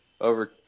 over